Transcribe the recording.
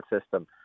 system